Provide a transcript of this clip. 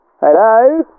Hello